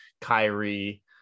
Kyrie